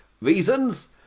reasons